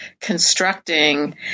constructing